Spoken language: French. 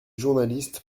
journalistes